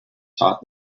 taught